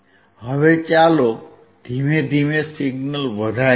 હવે ચાલો ધીમે ધીમે સિગ્નલ વધારીએ